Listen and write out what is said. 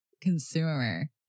consumer